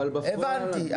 הבנתי.